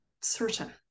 certain